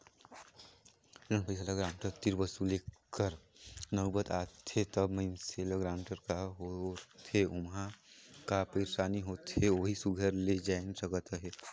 loan पइसा ल guarantor तीर वसूले कर नउबत आथे तबे मइनसे ल गारंटर का होथे ओम्हां का पइरसानी होथे ओही सुग्घर ले जाएन सकत अहे